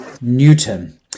Newton